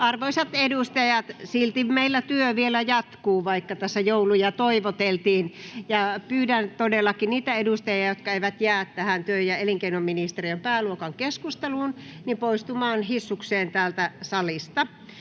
Arvoisat edustajat. Meillä työ vielä jatkuu, vaikka tässä jouluja toivoteltiin. Pyydän todellakin niitä edustajia, jotka eivät jää tähän työ‑ ja elinkeinoministeriön pääluokan keskusteluun, poistumaan hissukseen täältä salista.